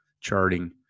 charting